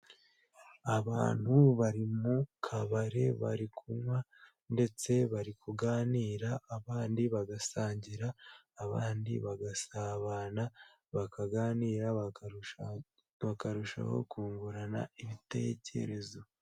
Abantu bari mu kabari bari kunywa ndetse bari kuganira, abandi bagasangira, abandi bagasabana, bakaganira, bakarushaho kungurana ibitekerezo.